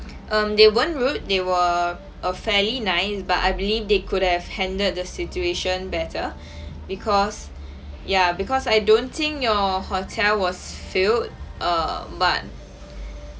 um they weren't rude they were uh fairly nice but I believe they could have handled the situation better because ya because I don't think your hotel was filled err but